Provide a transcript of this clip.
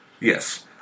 Yes